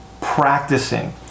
practicing